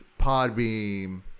Podbeam